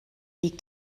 liegt